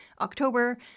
October